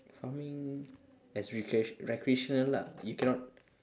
farming as recrea~ recreational ah you cannot